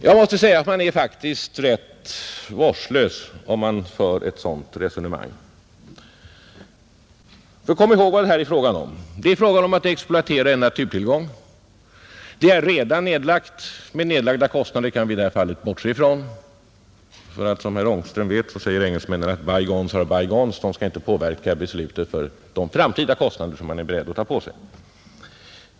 Jag måste säga att man är faktiskt rätt vårdslös om man för ett sådant resonemang. För kom ihåg vad det här är fråga om: det är fråga om att exploatera en naturtillgång. Nedlagda kostnader kan vi i det här fallet bortse ifrån, för som herr Ångström vet säger engelsmännen att ”bygones are bygones” — de skall inte påverka beslutet om de framtida kostnader som man är beredd att ta på sig.